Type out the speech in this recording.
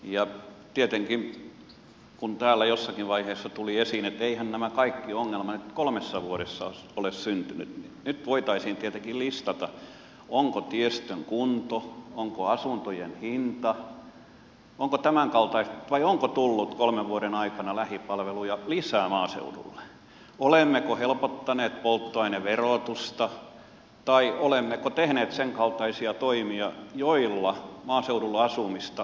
ja kun täällä jossakin vaiheessa tuli esiin että eiväthän nämä kaikki ongelmat nyt kolmessa vuodessa ole syntyneet nyt voitaisiin tietenkin listata onko tiestön kunto parantunut onko asuntojen hinta laskenut vai onko tullut kolmen vuoden aikana lähipalveluja lisää maaseudulle olemmeko helpottaneet polttoaineverotusta tai olemmeko tehneet sen kaltaisia toimia joilla maaseudulla asumista on helpotettu